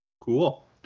cool